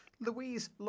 louise